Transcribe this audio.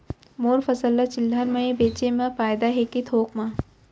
मोर फसल ल चिल्हर में बेचे म फायदा है के थोक म?